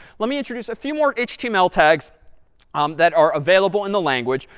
let me introduce a few more html tags um that are available in the language.